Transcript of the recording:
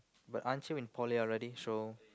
but aren't you in Poly already so